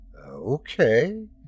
Okay